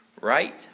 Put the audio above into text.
right